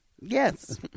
Yes